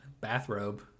bathrobe